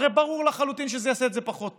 הרי ברור לחלוטין שזה יעשה את זה פחות טוב,